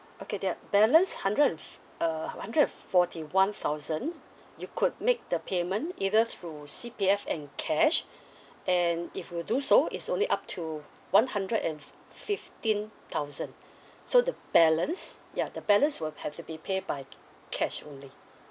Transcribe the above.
okay the uh balance hundred and f~ uh hun~ hundred and f~ forty one thousand you could make the payment either through C_P_F and cash and if you do so is only up to one hundred and f~ fifteen thousand so the balance ya the balance will p~ have to be pay by c~ cash only